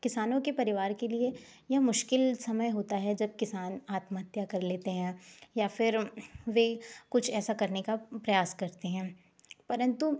किसानों के परिवार के लिए यह मुश्किल समय होता है जब किसान आत्महत्या कर लेते हैं या फिर वे कुछ ऐसा करने का प्रयास करते हैं परन्तु